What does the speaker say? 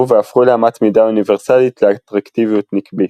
והפכו לאמת מידה אוניברסלית לאטרקטיביות נקבית.